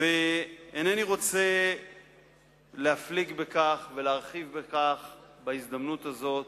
אינני רוצה להפליג בכך ולהרחיב בכך בהזדמנות הזאת,